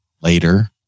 later